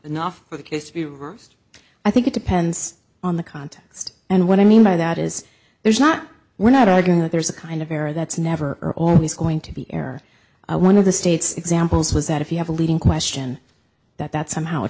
enough for the case to be reversed i think it depends on the context and what i mean by that is there's not we're not arguing that there's a kind of error that's never or always going to be error one of the states examples was that if you have a leading question that that's somehow